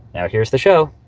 now here's the show